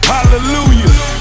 Hallelujah